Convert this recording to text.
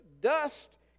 dust